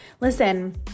Listen